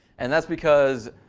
and that's because,